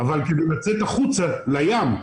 כדי לצאת החוצה לים,